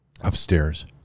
upstairs